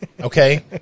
okay